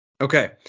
Okay